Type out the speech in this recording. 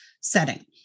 setting